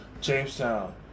Jamestown